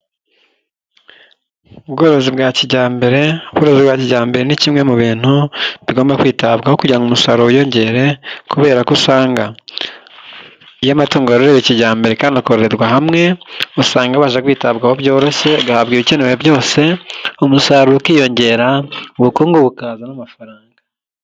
Ubworozi bwa kijyambere, ubworozi bwa kijyambere ni kimwe mu bintu bigomba kwitabwaho kugira umusaruro wiyongere kubera ko usanga iyo amatungo yarowe kijyambere kandi akororerwa hamwe usanga abasha kwitabwaho byoroshye agahabwa ibikenewe byose umusaruro ukiyongera ubukungu bukazamo amafaranga.